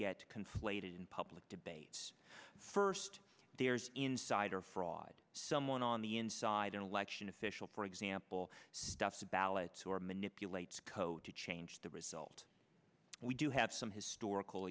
get conflated in public debates first there's insider fraud someone on the inside an election official for example stuffs a ballot to or manipulates code to change the result we do have some historical